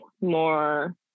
more